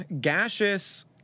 gaseous